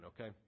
okay